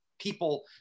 people